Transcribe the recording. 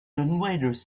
invaders